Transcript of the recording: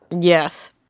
Yes